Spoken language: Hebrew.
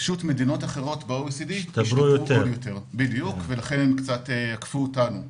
פשוט מדינות אחרות ב-OECD השתפרו עוד יותר ולכן הם קצת עקפו אותנו.